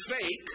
fake